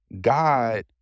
God